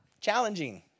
Challenging